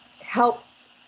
helps